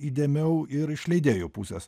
įdėmiau ir iš leidėjų pusės